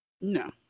No